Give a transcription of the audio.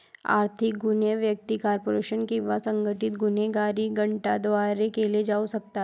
आर्थिक गुन्हे व्यक्ती, कॉर्पोरेशन किंवा संघटित गुन्हेगारी गटांद्वारे केले जाऊ शकतात